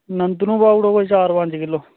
नन्दड़ू पाई ओड़ो कोई चार पंज किल्लो